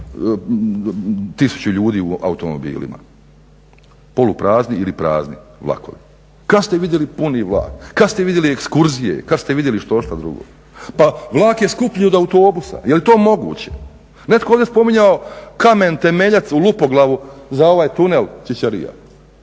1000 ljudi u automobilima, poluprazni ili prazni vlakovi. Kada ste vidjeli puni vlak? Kada ste vidjeli ekskurzije, kada ste vidjeli štošta drugo? Pa vlak je skuplji od autobusa, je li to moguće? Netko je ovdje spominjao kamen temeljac u Lupoglavu za ovaj tunel Ćićarija.